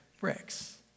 bricks